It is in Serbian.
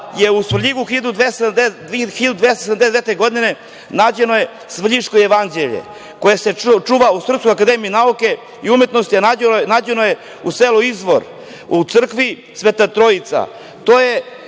je u Svrljigu 1279. godine nađeno „Svrljiško jevanđelje“ koje se čuva u Srpskoj akademiji nauke i umetnosti, a nađeno je u selu Izvor, u crkvi Svete trojice. To je